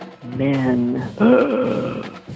Man